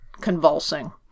convulsing